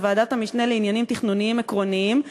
בוועדת המשנה לעניינים תכנוניים עקרוניים,